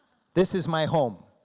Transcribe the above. this is my home.